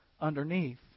underneath